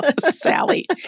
Sally